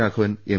Raghavan M